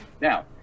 Now